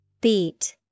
Beat